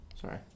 Sorry